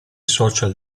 social